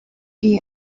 iyi